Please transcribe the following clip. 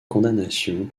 condamnation